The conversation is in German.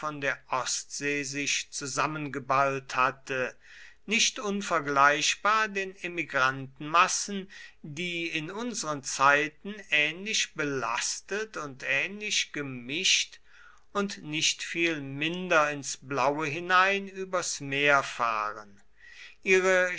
der ostsee sich zusammengeballt hatte nicht unvergleichbar den emigrantenmassen die in unseren zeiten ähnlich belastet und ähnlich gemischt und nicht viel minder ins blaue hinein übers meer fahren ihre